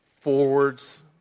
forwards